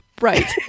right